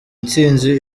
ntsinzi